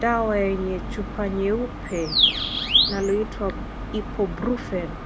Dawa yenye chupa nyeupe inayoitwa Ibuprofen.